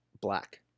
black